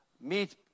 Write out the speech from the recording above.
meet